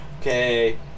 Okay